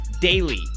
daily